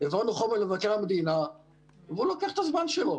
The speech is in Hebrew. העברנו חומר למבקר המדינה והוא לוקח את הזמן שלו,